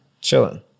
chilling